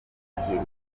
serivisi